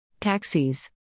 Taxis